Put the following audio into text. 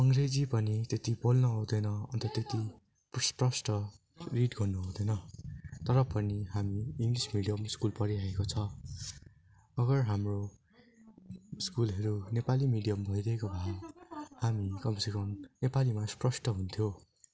अङ्ग्रेजी पनि त्यति बोल्न आउँदैन अन्त त्यति स्पष्ट रिड गर्नु आउँदैन तर पनि हामी इङ्ग्लिस मिडियम स्कुल पढिरहेको छ अगर हाम्रो स्कुलहरू नेपाली मिडियम भइदिएको भए हामी कम से कम नेपालीमा स्पष्ट हुन्थ्यौँ